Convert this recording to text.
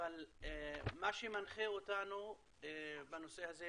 אבל מה שמנחה אותנו בנושא הזה,